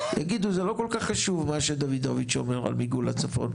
יגידו זה לא כל כך חשוב מה שדוידוביץ' אומר על מיגון לצפון.